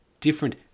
different